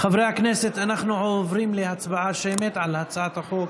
חברי הכנסת, אנחנו עוברים להצבעה שמית על הצעת חוק